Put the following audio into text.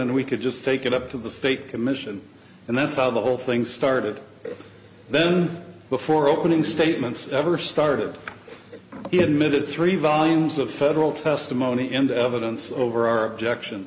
and we could just take it up to the state commission and that's how the whole thing started then before opening statements ever started he admitted three volumes of federal testimony and evidence over our objection